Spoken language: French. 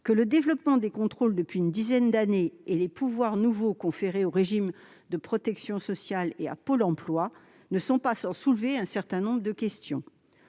que « le développement des contrôles depuis une dizaine d'années et les pouvoirs nouveaux conférés aux régimes de protection sociale et à Pôle emploi ne sont pas sans soulever un certain nombre de questions